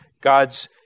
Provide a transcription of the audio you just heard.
God's